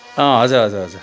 हजुर हजुर हजुर